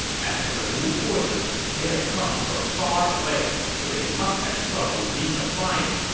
as for the wu forces, they have come from far away, so they must have trouble resupplying.